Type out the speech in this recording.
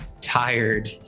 tired